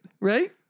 right